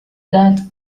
that